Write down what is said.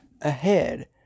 ahead